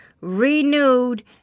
Renewed